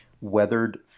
weathered